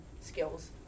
skills